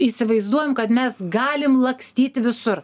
įsivaizduojam kad mes galim lakstyti visur